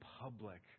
public